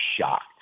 shocked